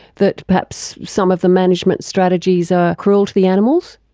that perhaps some of the management strategies are cruel to the animals?